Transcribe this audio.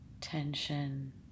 tension